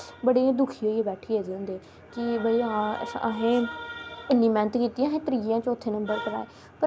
कुछ बी ओहदी सुविधा लवाई दी ऐ कि हां भाई साढ़े न्याने दिक्खी लैन साढ़े न्याने करी लैन